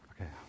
Okay